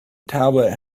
tablet